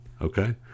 Okay